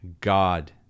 god